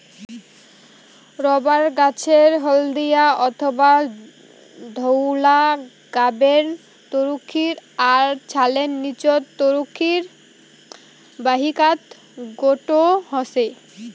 rubber গছের হলদিয়া অথবা ধওলা গাবের তরুক্ষীর তার ছালের নীচত তরুক্ষীর বাহিকাত গোটো হসে